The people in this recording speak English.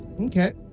Okay